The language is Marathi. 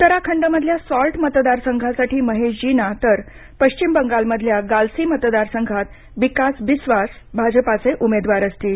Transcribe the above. उत्तराखंडमधल्या सॉल्ट मतदारसंघासाठी महेश जीना तर पश्चिम बंगाल मधल्या गाल्सी मतदारसंघात बिकास बिस्वास भाजपाचे उमेदवार असतील